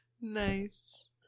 nice